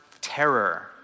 terror